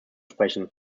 sprechen